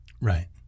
Right